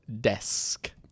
desk